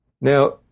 Now